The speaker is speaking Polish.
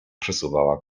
przesuwała